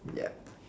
ya